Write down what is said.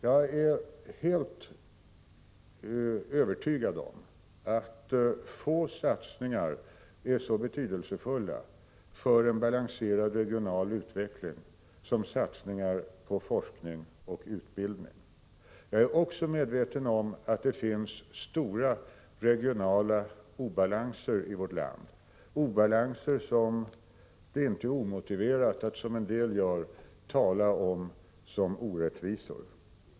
Jag är helt övertygad om att få satsningar är så betydelsefulla för en balanserad regional utveckling som satsningar på forskning och utbildning. Jag är också medveten om att det finns stora regionala obalanser i vårt land, obalanser som det inte är omotiverat att, som en del gör, tala om som orättvisor.